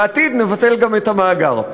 בעתיד נבטל גם את המאגר.